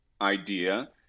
idea